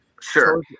Sure